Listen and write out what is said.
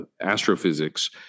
astrophysics